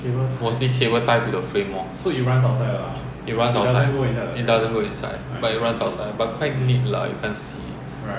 mostly cable tie to the frame lor it runs outside it doesn't go inside but it runs outside but quite neat lah you can't see